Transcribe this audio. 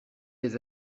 des